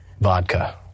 vodka